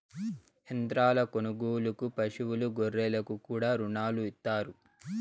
యంత్రాల కొనుగోలుకు పశువులు గొర్రెలకు కూడా రుణాలు ఇత్తారు